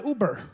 Uber